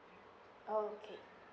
oh okay